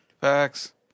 facts